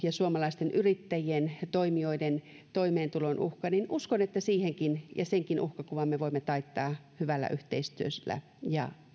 ja suomalaisten yrittäjien ja toimijoiden toimeentulon uhka mikä nyt meillä leijuu uskon että senkin uhkakuvan me voimme taittaa hyvällä yhteistyöllä ja